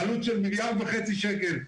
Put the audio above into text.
בעלות של מיליארד וחצי שקלים,